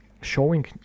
showing